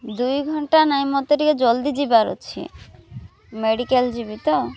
ଦୁଇ ଘଣ୍ଟା ନାହିଁ ମୋତେ ଟିକେ ଜଲ୍ଦି ଯିବାର ଅଛି ମେଡ଼ିକାଲ ଯିବି ତ